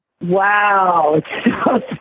Wow